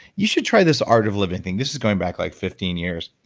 you should try this art of living thing. this is going back like fifteen years.